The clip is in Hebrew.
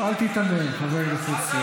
לא, אל תיתמם חבר הכנסת רז.